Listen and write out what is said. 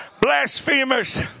blasphemers